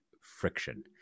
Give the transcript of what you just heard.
friction